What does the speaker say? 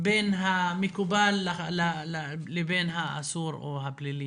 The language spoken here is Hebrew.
בין המקובל לבין האסור או הפלילי?